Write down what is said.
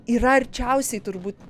yra arčiausiai turbūt